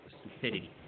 stupidity